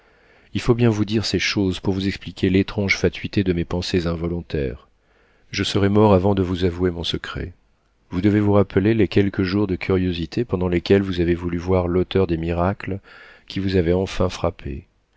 il faut bien vous dire ces choses pour vous expliquer l'étrange fatuité de mes pensées involontaires je serais mort avant de vous avouer mon secret vous devez vous rappeler les quelques jours de curiosité pendant lesquels vous avez voulu voir l'auteur des miracles qui vous avaient enfin frappée